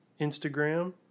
Instagram